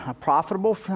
profitable